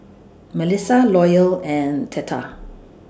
Mellissa Loyal and Theta